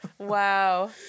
Wow